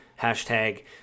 hashtag